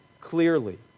clearly